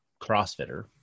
CrossFitter